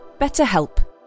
BetterHelp